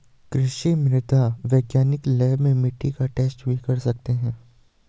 कृषि मृदा वैज्ञानिक लैब में मिट्टी का टैस्ट भी करते हैं